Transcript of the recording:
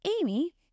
Amy